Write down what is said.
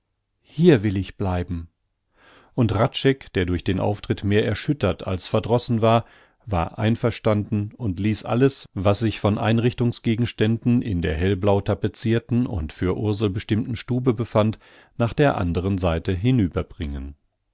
hier will ich bleiben und hradscheck der durch den auftritt mehr erschüttert als verdrossen war war einverstanden und ließ alles was sich von einrichtungsgegenständen in der hellblau tapezirten und für ursel bestimmten stube befand nach der andern seite